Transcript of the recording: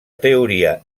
teoria